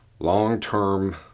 Long-term